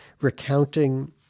recounting